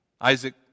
Isaac